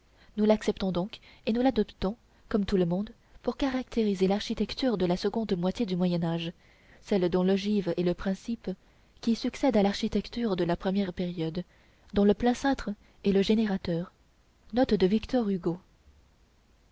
nous l'acceptons donc et nous l'adoptons comme tout le monde pour caractériser l'architecture de la seconde moitié du moyen âge celle dont l'ogive est le principe qui succède à l'architecture de la première période dont le plein cintre est le générateur